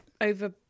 over